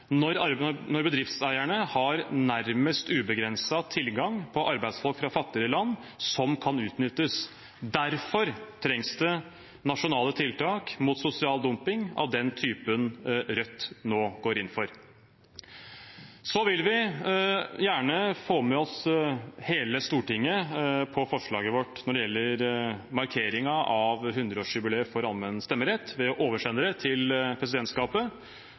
når bedriftseierne har nærmest ubegrenset tilgang på arbeidsfolk fra fattigere land som kan utnyttes. Derfor trengs det nasjonale tiltak mot sosial dumping av den typen Rødt nå går inn for. Vi vil gjerne få med oss hele Stortinget på forslaget vårt når det gjelder markeringen av 100-årsjubileet for allmenn stemmerett, ved å oversende det til presidentskapet.